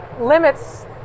limits